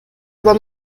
aber